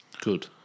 good